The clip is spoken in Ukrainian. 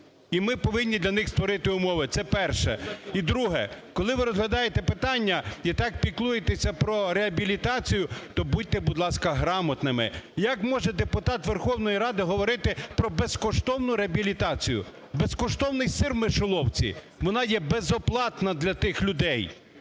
і ми повинні для них створити умови. Це перше. І друге. Коли ви розглядаєте питання і так піклуєтеся про реабілітацію, то будьте, будь ласка, грамотними. Як може депутат Верховної Ради говорити про безкоштовну реабілітацію? Безкоштовний сир в мишоловці! Вона є безоплатна для тих людей,